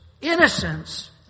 Innocence